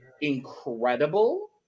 incredible